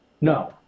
No